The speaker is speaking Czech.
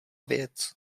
věc